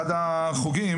ההרצאות,